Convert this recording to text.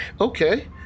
Okay